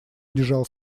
лежал